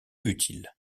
utile